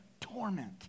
torment